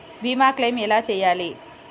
భీమ క్లెయిం ఎలా చేయాలి?